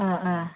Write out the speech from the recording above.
അ ആ